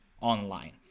online